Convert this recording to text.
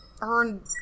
earn